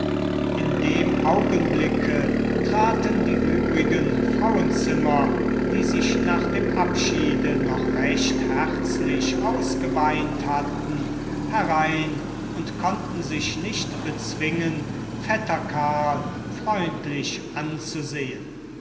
in dem augenblicke traten die übrigen frauenzimmer die sich nach dem abschiede noch recht herzlich ausgeweint hatten herein und konnten sich nicht bezwingen vetter karin freundlich anzusehen